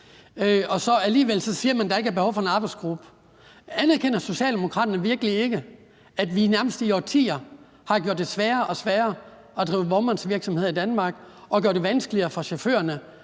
så alligevel siger, at der ikke er behov for en arbejdsgruppe. Anerkender Socialdemokraterne virkelig ikke, at vi nærmest i årtier har gjort det sværere og sværere at drive vognmandsvirksomhed i Danmark og gjort det vanskeligere for chaufførerne